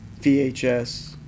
VHS